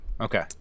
Okay